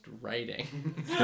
writing